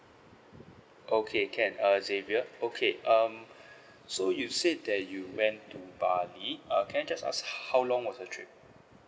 okay can uh xavier okay um so you said that you went to bali uh can I just ask how long was the trip